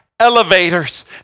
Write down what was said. elevators